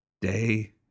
day